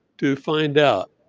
to find out.